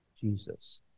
Jesus